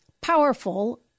powerful